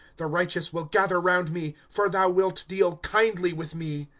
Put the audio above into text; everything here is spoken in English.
the righteous will gather round me for thou wilt deal kindly with me.